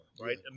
Right